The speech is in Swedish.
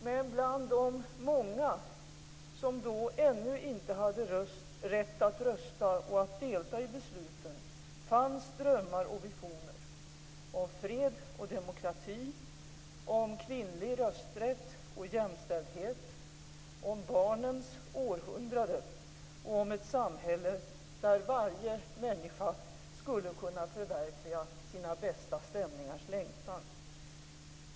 Men bland de många som då ännu inte hade rätt att rösta och att delta i besluten fanns drömmar och visioner - om fred och demokrati, om kvinnlig rösträtt och jämställdhet, om barnens århundrade, om ett samhälle där varje människa skulle kunna förverkliga sina bästa stämningars längtan.